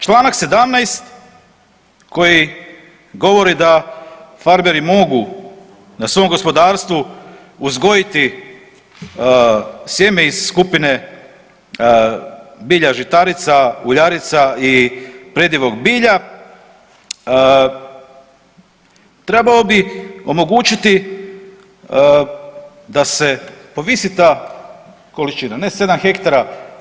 Članak 17. koji govori da farmeri mogu na svom gospodarstvu uzgojiti sjeme iz skupine bilja žitarica, uljarica i predivog bilja trebao bih omogućiti da se povisi ta količina, ne 7 hektara.